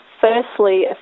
firstly